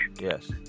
Yes